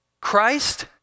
Christ